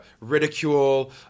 ridicule